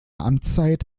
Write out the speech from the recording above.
amtszeit